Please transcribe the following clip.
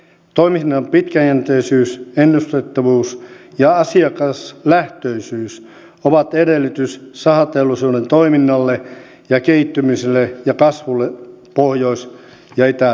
toiminnan pitkäjänteisyys ennustettavuus ja asiakaslähtöisyys ovat edellytys sahateollisuuden toiminnalle ja kehittymiselle ja kasvulle pohjois ja itä suomessa